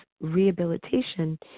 rehabilitation